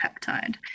peptide